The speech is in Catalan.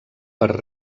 per